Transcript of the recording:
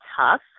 tough